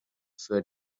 für